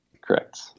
correct